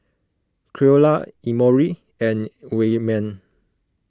Creola Emory and Wayman